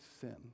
sin